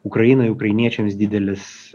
ukrainai ukrainiečiams didelis